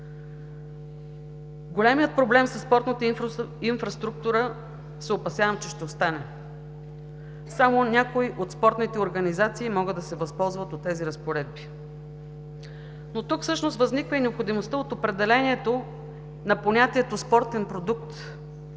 Големият проблем със спортната инфраструктура, опасявам се, че ще остане. Само някои от спортните организации могат да се възползват от тези разпоредби. Но тук всъщност възниква и необходимостта от определението на понятието „спортен продукт“.